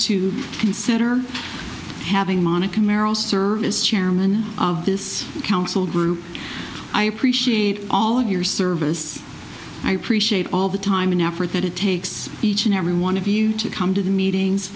to consider having monica merrill service chairman of this council group i appreciate all of your service i appreciate all the time and effort that it takes each and every one of you to come to the meetings